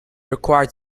required